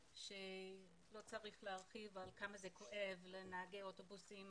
ולא צריך להרחיב כמה זה כואב לנהגי אוטובוסים,